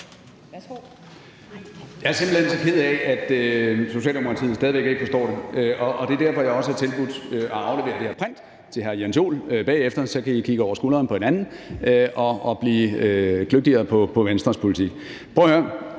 Jeg er simpelt hen så ked af, at Socialdemokratiet stadig væk ikke forstår det, og det er også derfor, jeg har tilbudt at aflevere det her print til hr. Jens Joel bagefter, og så kan I kigge hinanden over skulderen og blive kløgtigere på Venstres politik. Prøv at høre: